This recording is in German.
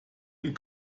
ihn